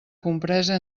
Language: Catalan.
compresa